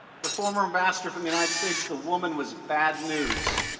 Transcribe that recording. the former ambassador for the united states, the woman was bad news,